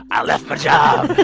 i left my job.